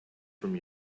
from